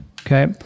Okay